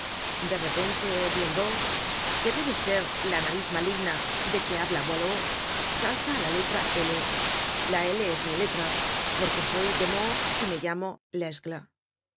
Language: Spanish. de repente blondeau que debe ser la nariz maligna de que habla boileau salta á la letra l la l es mi letra porque soy de meaux y me llamo